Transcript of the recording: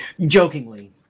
jokingly